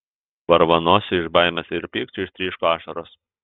varvanosiui iš baimės ir pykčio ištryško ašaros